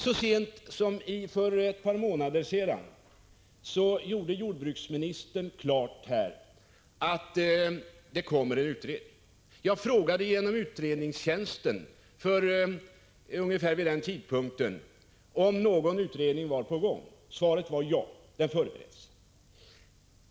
Så sent som för ett par månader sedan gjorde jordbruksministern klart här att det kommer en utredning. Jag frågade genom riksdagens utredningstjänst ungefär vid den tidpunkten om någon utredning var på gång. Svaret var ja, en sådan förbereds.